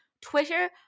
Twitter